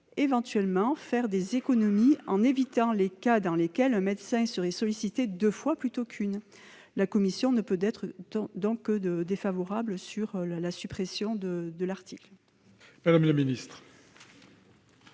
éventuellement, faire des économies en évitant les cas dans lesquels un médecin serait sollicité deux fois plutôt qu'une. La commission spéciale ne peut donc être que défavorable à la suppression de cet article.